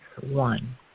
one